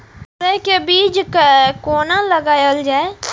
मुरे के बीज कै कोना लगायल जाय?